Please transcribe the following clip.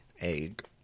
Egg